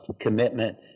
commitment